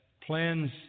plans